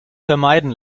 vermeiden